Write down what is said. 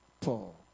Paul